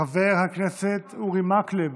חבר הכנסת אורי מקלב,